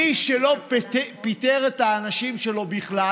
מי שלא פיטר את האנשים שלו בכלל,